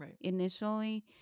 initially